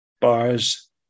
Bars